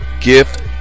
gift